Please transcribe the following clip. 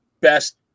best